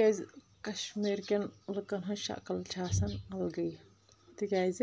کیٛازِ کشمیٖر کین لٔکن ہٕنٛز شکٕل چھےٚ آسان الگٕے تِکیٛازِ